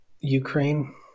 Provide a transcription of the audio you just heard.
Ukraine